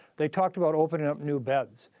they talked about opening up new beds.